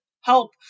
help